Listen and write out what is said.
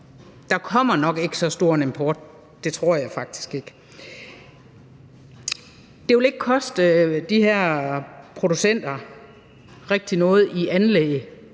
der kommer nok ikke så stor en import. Det tror jeg faktisk ikke. Det vil ikke rigtig koste de her producenter noget i deres